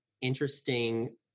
interesting